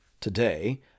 today